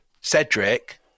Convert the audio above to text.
cedric